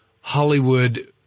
Hollywood